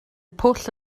pwll